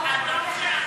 שהוא הנציג.